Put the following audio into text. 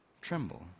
tremble